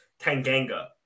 Tanganga